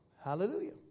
Hallelujah